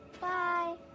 Bye